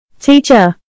Teacher